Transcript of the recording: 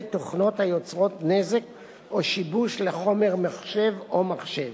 תוכנות היוצרות נזק או שיבוש לחומר מחשב או למחשב.